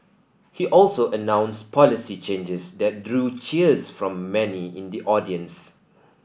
he also announced policy changes that drew cheers from many in the audience